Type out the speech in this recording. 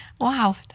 Wow